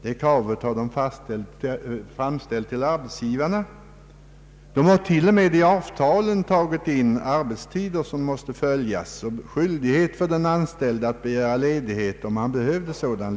Det kravet har de framställt till arbetsgivarna. Man har till och med i sina avtal tagit in arbetstider som måste följas och skyldighet för den anställde att begära ledighet om han behöver sådan.